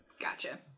Gotcha